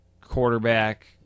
quarterback